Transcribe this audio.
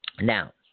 Now